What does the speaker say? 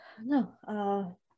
No